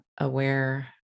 aware